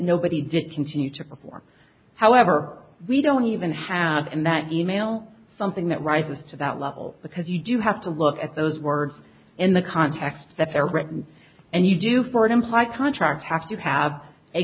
nobody did continue to perform however we don't even have and that email something that rises to that level because you do have to look at those words in the context that they're written and you do for an implied contract have